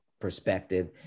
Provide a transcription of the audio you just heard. perspective